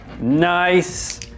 Nice